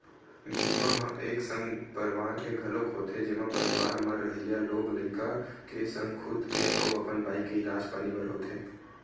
बीमा ह एक संग परवार के घलोक होथे जेमा परवार म रहइया लोग लइका के संग खुद के अउ अपन बाई के इलाज पानी बर होथे